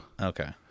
okay